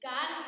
God